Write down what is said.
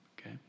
Okay